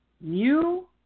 new